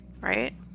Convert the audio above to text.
right